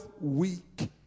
week